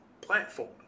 platform